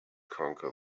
conquer